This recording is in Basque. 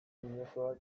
inozoak